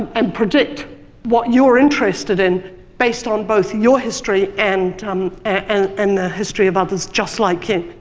and predict what you're interested in based on both your history and um and and the history of others just like you.